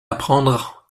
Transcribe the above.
apprendre